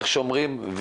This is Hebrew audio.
כפי שאומרים,